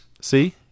See